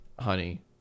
honey